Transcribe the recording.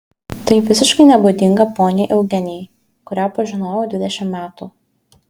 tai visiškai nebūdinga poniai eugenijai kurią pažinojau dvidešimt metų